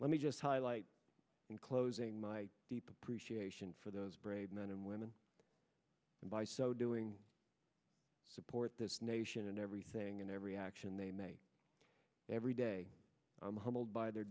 let me just highlight in closing my deep appreciation for those brave men and women and by so doing support this nation and everything and every action they make every day i'm humbled by their